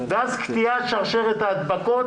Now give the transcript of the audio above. ואז קטיעת שרשרת ההדבקה